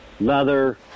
leather